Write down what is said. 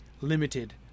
limited